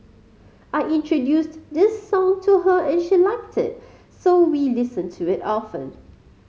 I introduced this song to her and she liked it so we listen to it often